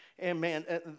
Amen